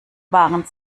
waren